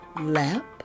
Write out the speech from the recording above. Lamp